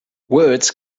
words